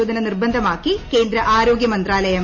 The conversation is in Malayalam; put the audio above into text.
ആർ പരീശോധന നിർബന്ധമാക്കി കേന്ദ്ര ആരോഗ്യ മന്ത്രാലയം